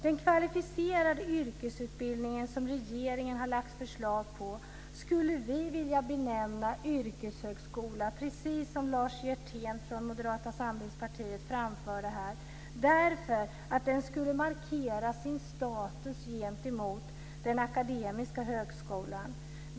Den kvalificerade yrkesutbildning som regeringen har lagt fram förslag om skulle vi vilja benämna yrkeshögskola, precis som Lars Hjertén från Moderata samlingspartiet framförde här. Den skulle då markera sin status gentemot den akademiska högskolan.